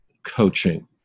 coaching